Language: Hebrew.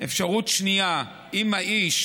אפשרות שנייה: אם האיש